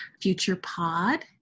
FuturePod